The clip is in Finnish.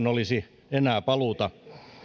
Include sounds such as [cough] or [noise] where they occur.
[unintelligible] olisi enää paluuta